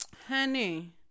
Honey